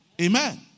Amen